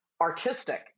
artistic